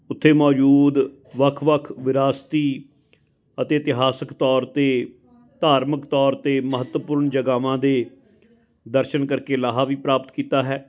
ਉੱਥੇ ਮੌਜੂਦ ਵੱਖ ਵੱਖ ਵਿਰਾਸਤੀ ਅਤੇ ਇਤਿਹਾਸਿਕ ਤੌਰ 'ਤੇ ਧਾਰਮਿਕ ਤੌਰ 'ਤੇ ਮਹੱਤਵਪੂਰਨ ਜਗ੍ਹਾਵਾਂ ਦੇ ਦਰਸ਼ਨ ਕਰਕੇ ਲਾਹਾ ਵੀ ਪ੍ਰਾਪਤ ਕੀਤਾ ਹੈ